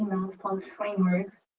policy frameworks,